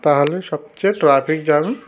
তাহলে সবচেয়ে traffic jam